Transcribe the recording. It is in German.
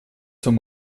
zum